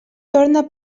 torna